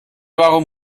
warum